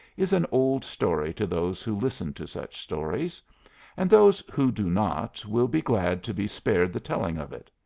is an old story to those who listen to such stories and those who do not will be glad to be spared the telling of it.